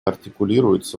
артикулируется